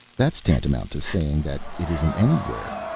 that's tantamount to saying that it isn't anywhere,